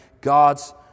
God's